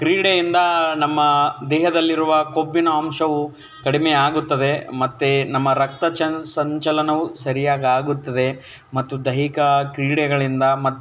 ಕ್ರೀಡೆಯಿಂದ ನಮ್ಮ ದೇಹದಲ್ಲಿರುವ ಕೊಬ್ಬಿನ ಅಂಶವು ಕಡಿಮೆ ಆಗುತ್ತದೆ ಮತ್ತು ನಮ್ಮ ರಕ್ತ ಸಂಚಲನವು ಸರಿಯಾಗಿ ಆಗುತ್ತದೆ ಮತ್ತು ದೈಹಿಕ ಕ್ರೀಡೆಗಳಿಂದ ಮತ್ತು